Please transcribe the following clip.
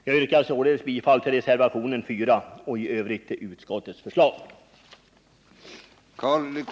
Jag yrkar bifall till reservationen 4 och i övrigt till vad utskottet hemställt.